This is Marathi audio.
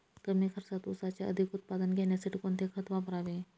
कमी खर्चात ऊसाचे अधिक उत्पादन घेण्यासाठी कोणते खत वापरावे?